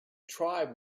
tribe